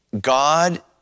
God